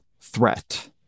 threat